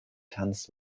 tanzt